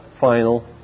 final